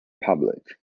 public